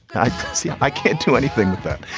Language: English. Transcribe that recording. i see i can't do anything with that.